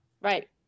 Right